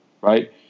Right